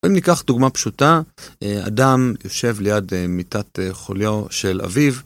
בואי ניקח דוגמה פשוטה, אדם יושב ליד מיטת חוליו של אביו